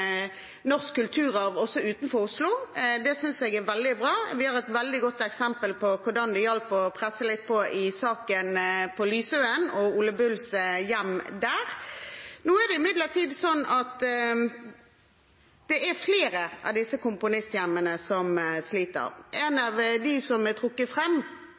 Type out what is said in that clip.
norsk kulturarv også utenfor Oslo. Det synes jeg er veldig bra. Vi har et veldig godt eksempel på hvordan det hjalp å presse litt på i saken om Lysøen og Ole Bulls hjem der. Nå er det imidlertid sånn at det er flere av disse komponisthjemmene som sliter. Ett av dem som er trukket